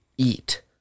eat